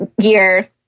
year